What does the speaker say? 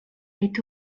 est